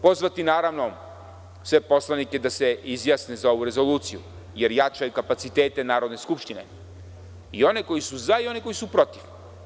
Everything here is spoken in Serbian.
Pozvaću sve poslanike da se izjasne za ovu rezoluciju, jer jača i kapacitete Narodne skupštine, i one koji su za i one koji su protiv.